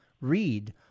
read